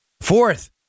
Fourth